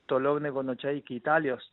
toliau negu nuo čia iki italijos